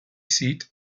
seat